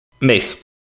Mace